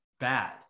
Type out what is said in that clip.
bad